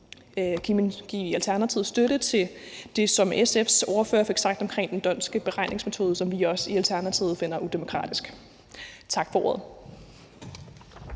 give Alternativets støtte til det, som SF's ordfører fik sagt omkring den d'Hondtske beregningsmetode, som vi også i Alternativet finder udemokratisk. Tak for ordet.